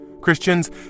Christians